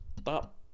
Stop